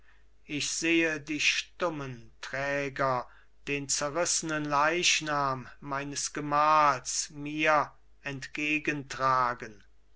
ich sehe die stummen träger den zerrissenen leichnam meines gemahls mir